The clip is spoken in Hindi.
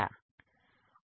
सही बात है